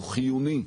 הוא חיוני.